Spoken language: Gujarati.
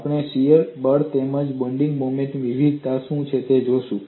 અને આપણે શીયર બળ તેમજ બેન્ડિંગ મોમેન્ટ વિવિધતા શું છે તે જોઈશું